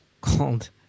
called